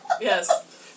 Yes